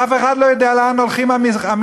אף אחד לא יודע לאן הולכים המכרזים